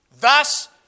thus